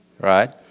right